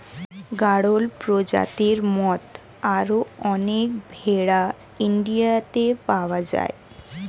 গাড়ল প্রজাতির মত আরো অনেক ভেড়া ইন্ডিয়াতে পাওয়া যায়